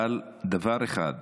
אבל דבר אחד,